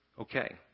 Okay